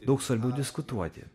daug svarbiau diskutuoti